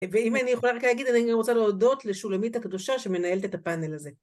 ואם אני יכולה רק להגיד, אני גם רוצה להודות לשולמית הקדושה שמנהלת את הפאנל הזה.